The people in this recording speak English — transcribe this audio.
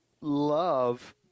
love